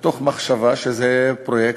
מתוך מחשבה שזה פרויקט,